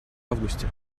августе